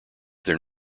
their